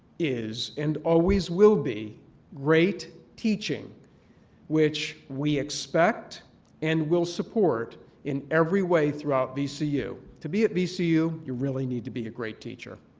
is and always will be great teaching which we expect and will support in every way throughout vcu. to be at vcu, you really need to be a great teacher.